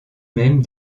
même